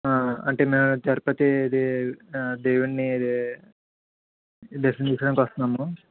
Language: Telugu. అంటే గణపతి దేవున్ని దర్శించుకోవడానికి వస్తున్నాము